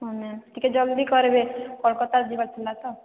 ହଁ ମ୍ୟାମ୍ ଟିକେ ଜଲ୍ଦି କରିବେ କୋଲକତା ଯିବାର ଥିଲା ତ